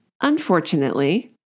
Unfortunately